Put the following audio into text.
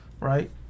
Right